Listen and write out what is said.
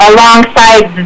Alongside